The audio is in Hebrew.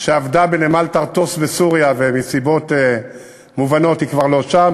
שעבדה בנמל טרטוס בסוריה ומסיבות מובנות היא כבר לא שם,